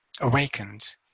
awakened